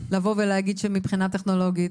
לבוא ולהגיד שמבחינה טכנולוגית.